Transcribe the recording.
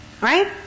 Right